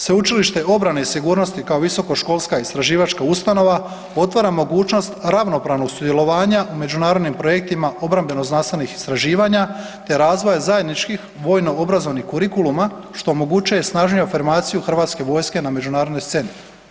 Sveučilište obrane i sigurnosti kao visoko školska istraživačka ustanova, otvara mogućnost ravnopravnog sudjelovanja u međunarodnim projektima obrambeno-znanstvenih istraživanja te razvoja zajedničkim vojno-obrazovanih kurikuluma što omogućuje snažniju afirmaciju Hrvatske vojske na međunarodnoj sceni.